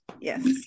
yes